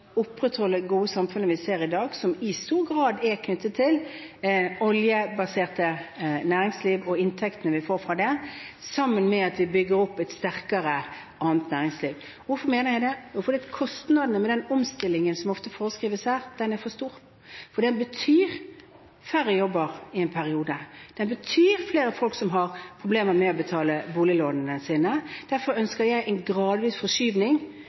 opprettholde det gode samfunnet vi har i dag, som i stor grad er knyttet til det oljebaserte næringsliv og inntektene vi får fra det, samtidig med at vi bygger opp et sterkere annet næringsliv. Hvorfor mener jeg det? Jo, fordi kostnaden ved den omstillingen som ofte foreskrives her, er for stor. Den betyr færre jobber i en periode. Den betyr flere folk som har problemer med å betale boliglånene sine. Derfor ønsker jeg en gradvis forskyvning